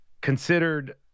considered